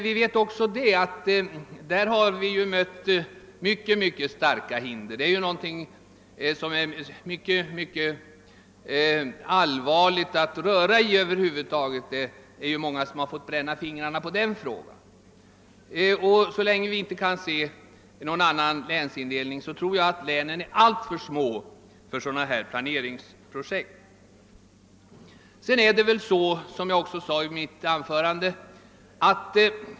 Vi vet emellertid att vi därvid mött mycket starka hinder, ty det har visat sig vara en mycket allvarlig sak att över huvud taget röra vid frågan; många har fått sina fingrar brända. Så länge vi inte har en annan länsin delning tror jag att länen är alltför små för några planeringsorgan.